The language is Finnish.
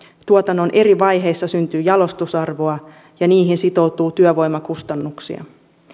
tuotannon eri vaiheissa syntyy jalostusarvoa ja niihin sitoutuu työvoimakustannuksia